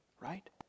right